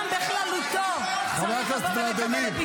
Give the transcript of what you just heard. --- חבר הכנסת ולדימיר.